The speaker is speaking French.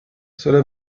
cela